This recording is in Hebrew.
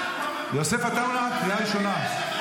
יוסף עטאונה, קריאה ראשונה.